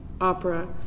opera